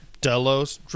Delos